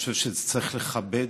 חושב שצריך לכבד,